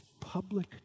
public